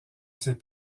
ses